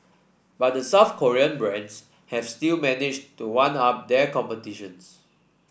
but the South Korean brands have still managed to one up their competitions